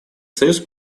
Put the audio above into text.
союз